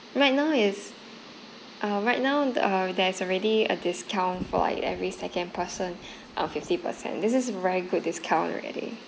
right now is uh right now uh there's already a discount for like every second person um fifty percent this is very good discount already